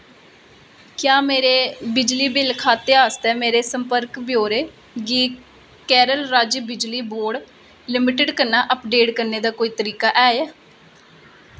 क्या मेरे बिजली बिल खाते आस्तै मेरे संपर्क ब्यौरे गी केरल राज्य बिजली बोर्ड लिमिटेड कन्नै अपडेट करने दा कोई तरीका ऐ